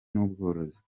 n’ubworozi